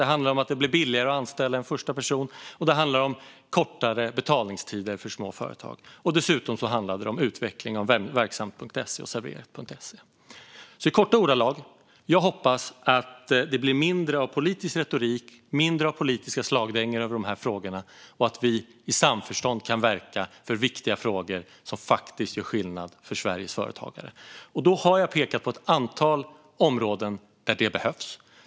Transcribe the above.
Det handlar om att det blev billigare att anställa en första person, och det handlar om kortare betalningstider för små företag. Dessutom handlade det om utveckling av Verksamt.se och Serverat. I korta ordalag hoppas jag alltså att det blir mindre av politisk retorik och mindre av politiska slagdängor kring de här frågorna och att vi i samförstånd kan verka för viktiga frågor som faktiskt gör skillnad för Sveriges företagare. Jag har pekat på ett antal områden där det behövs.